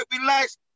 relax